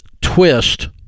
twist